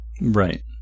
Right